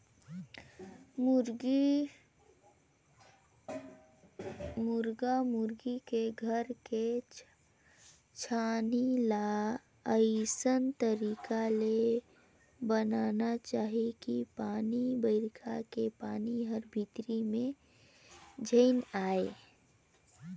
मुरगा मुरगी के घर के छानही ल अइसन तरीका ले बनाना चाही कि पानी बइरखा के पानी हर भीतरी में झेन आये